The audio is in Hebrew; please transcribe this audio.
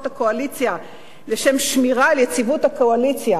הקואליציה לשם שמירה על יציבות הקואליציה,